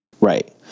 Right